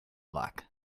luck